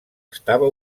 estava